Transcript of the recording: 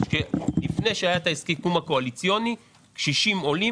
לפני שהיה את הסיכום הקואליציוני קשישים עולים